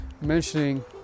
mentioning